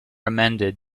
amended